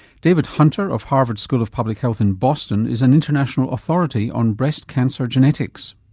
david hunter of harvard school of public health in boston is an international authority on breast cancer genetics.